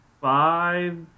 five